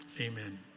Amen